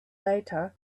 later